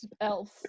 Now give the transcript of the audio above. elf